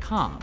com.